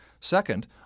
Second